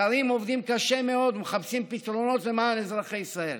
שרים עובדים קשה מאוד ומחפשים פתרונות למען אזרחי ישראל,